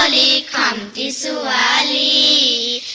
ah e um e so e